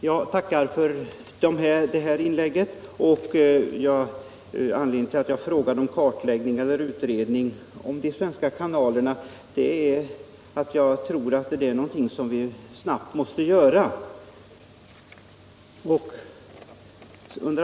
Herr talman! Jag tackar för detta tillägg. Anledningen till min fråga rörande utredning om eller kartläggning av de svenska kanalerna är att jag tror det är någonting som vi snart måste ta itu med.